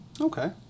okay